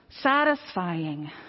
satisfying